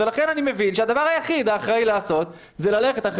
ולכן אני מבין שהדבר היחיד והאחראי לעשות הוא ללכת אחר